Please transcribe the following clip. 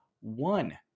one